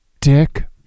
Dick